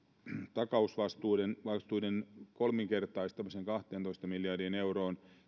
takausvastuiden kolminkertaistamisen kahteentoista miljardiin euroon